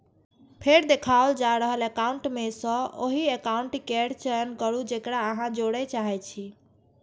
फेर देखाओल जा रहल एकाउंट मे सं ओहि एकाउंट केर चयन करू, जेकरा अहां जोड़य चाहै छी